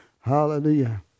Hallelujah